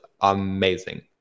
amazing